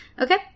Okay